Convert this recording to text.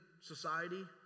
society